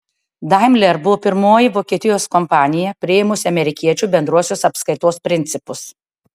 daimler buvo pirmoji vokietijos kompanija priėmusi amerikiečių bendruosius apskaitos principus